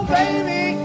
baby